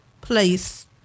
place